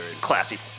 Classy